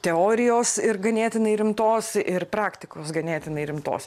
teorijos ir ganėtinai rimtos ir praktikos ganėtinai rimtos